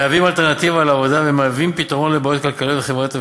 מהווים אלטרנטיבה לעבודה ופתרון לבעיות כלכליות וחברתיות,